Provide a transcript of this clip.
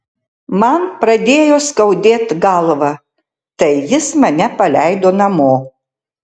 man pradėjo skaudėt galvą tai jis mane paleido namo